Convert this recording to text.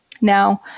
Now